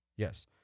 Yes